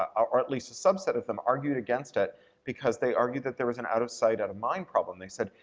or at least a subset of them, argued against it because they argued that there was an out of sight, out of mind problem. they said,